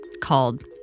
called